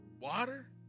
Water